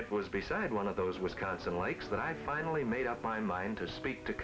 it was beside one of those wisconsin lakes that i finally made up my mind to speak to